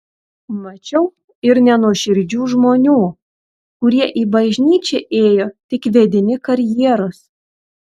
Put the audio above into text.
mačiau ir nenuoširdžių žmonių kurie į bažnyčią ėjo tik vedini karjeros